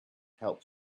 helped